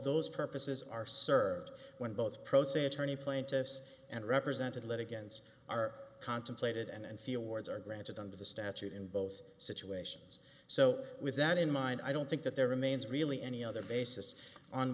those purposes are served when both pro se attorney plaintiffs and represented litigants are contemplated and fiords are granted under the statute in both situations so with that in mind i don't think that there remains really any other basis on